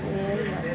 ಏನೂ ಇಲ್ಲ